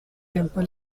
temple